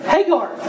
Hagar